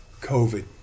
COVID